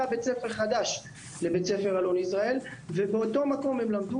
משכן חדש לבית הספר הזה ובאותו המקום הם למדו